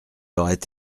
aurait